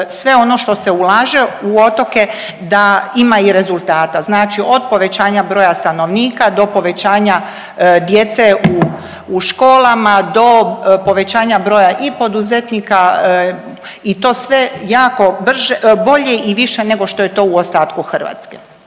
sve ono što se ulaže u otoke da ima i rezultata. Znači od povećanja broja stanovnika do povećanja djece u školama do povećanja broja i poduzetnika i to sve jako brže, bolje i više nego što je to u ostatku Hrvatske.